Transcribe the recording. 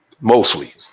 Mostly